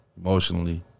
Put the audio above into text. emotionally